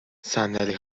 صندلی